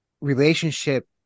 relationship